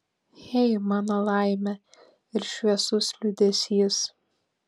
hey mano laime ir šviesus liūdesys